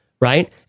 Right